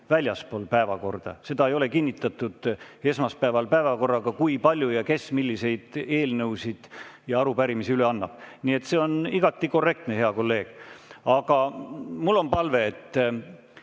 väljaspool päevakorda. Seda ei ole kinnitatud esmaspäeval päevakorraga, kui palju ja kes milliseid eelnõusid või arupärimisi üle annab. Nii et see on igati korrektne, hea kolleeg. Aga mul on palve.